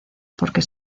porque